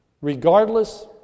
regardless